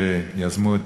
שיזמו,